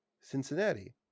Cincinnati